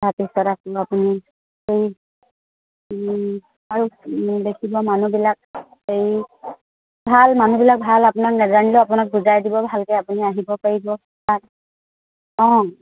তাৰপিছত আকৌ আপুনি সেই আৰু দেখিব মানুহবিলাক হেৰি ভাল মানুহবিলাক ভাল আপোনাক নোজানিলেও আপোনাক বুজাই দিব ভালকৈ আপুনি আহিব পাৰিব তাত অঁ